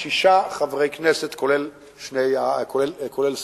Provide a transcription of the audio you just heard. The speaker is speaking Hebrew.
שישה חברי כנסת, כולל שר.